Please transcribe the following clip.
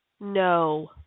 No